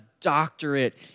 doctorate